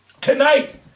Tonight